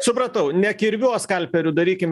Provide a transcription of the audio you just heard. supratau ne kirviu o skalpeliu darykim